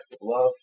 love